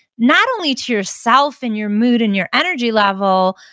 not only to yourself, and your mood, and your energy level,